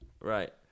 Right